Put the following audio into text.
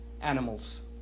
animals